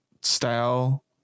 style